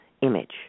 image